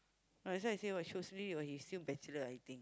right so I say what shiok sendiri or he still bachelor I think